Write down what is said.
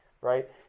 right